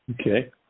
Okay